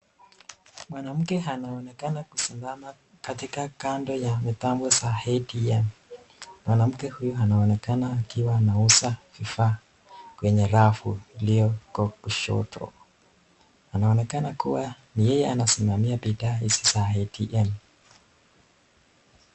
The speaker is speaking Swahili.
Mwamke anaonekana kusimama katika kando ya mitambo za ATM.Mwanamke huyu anaonekana akiwa anauza vifaa kwenye rafu iliyo kwa kushoto, anaonekana kuwa ni yeye anasimamia bidhaa hizi za ATM